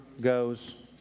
goes